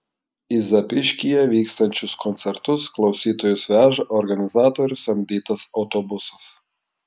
į zapyškyje vykstančius koncertus klausytojus veža organizatorių samdytas autobusas